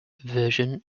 version